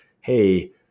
Hey